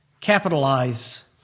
capitalize